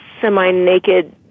semi-naked